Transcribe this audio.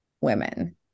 women